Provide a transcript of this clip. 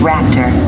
Raptor